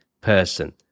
person